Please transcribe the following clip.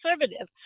conservative